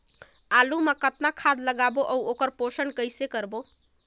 आलू मा कतना खाद लगाबो अउ ओकर पोषण कइसे करबो?